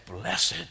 blessed